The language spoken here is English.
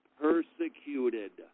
persecuted